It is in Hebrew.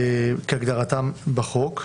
כהגדרתם בחוק,